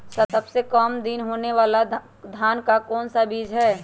सबसे काम दिन होने वाला धान का कौन सा बीज हैँ?